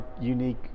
unique